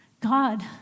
God